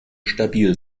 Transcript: stabil